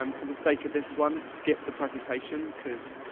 um for the sake of this one, skip the presentation, cause